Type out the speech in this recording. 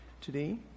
today